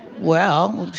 well,